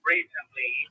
recently